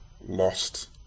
lost